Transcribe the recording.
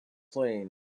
plain